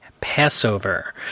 Passover